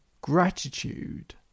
gratitude